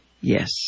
Yes